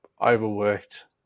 overworked